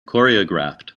choreographed